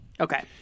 Okay